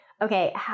okay